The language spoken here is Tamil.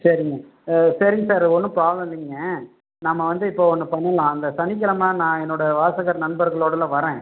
சரிங்க சரிங்க சார் ஒன்றும் ப்ராப்ளம் இல்லைங்க நம்ம வந்து இப்போது ஒன்று பண்ணலாம் அந்த சனிக்கிழம நான் என்னோடய வாசகர் நண்பர்களோடெலாம் வரேன்